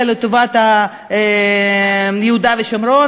אלא לטובת יהודה ושומרון,